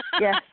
Yes